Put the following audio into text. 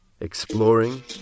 exploring